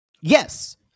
Yes